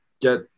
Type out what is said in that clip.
get